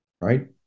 right